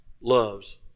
loves